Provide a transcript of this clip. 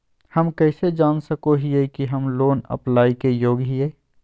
हम कइसे जान सको हियै कि हम लोन अप्लाई के योग्य हियै?